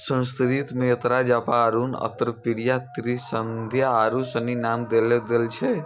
संस्कृत मे एकरा जपा अरुण अर्कप्रिया त्रिसंध्या आरु सनी नाम देलो गेल छै